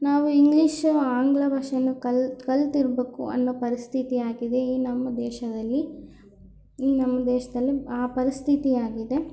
ನಾವು ಇಂಗ್ಲೀಷು ಆಂಗ್ಲ ಭಾಷೆಯನ್ನು ಕಲಿ ಕಲ್ತಿರ್ಬೇಕು ಅನ್ನೋ ಪರಿಸ್ಥಿತಿ ಆಗಿದೆ ಈ ನಮ್ಮ ದೇಶದಲ್ಲಿ ಈ ನಮ್ಮ ದೇಶದಲ್ಲಿ ಆ ಪರಿಸ್ಥಿತಿ ಆಗಿದೆ